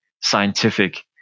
scientific